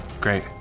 Great